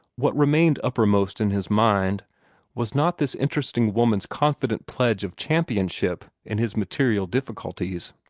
what remained uppermost in his mind was not this interesting woman's confident pledge of championship in his material difficulties.